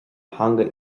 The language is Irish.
theanga